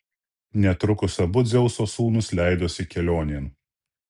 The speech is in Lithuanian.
netrukus abu dzeuso sūnūs leidosi kelionėn